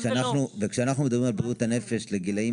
כשאנחנו מדברים על בריאות הנפש לגילאים